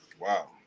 Wow